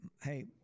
hey